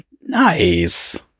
Nice